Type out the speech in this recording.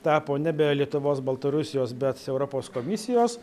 tapo nebe lietuvos baltarusijos bet europos komisijos